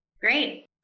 Great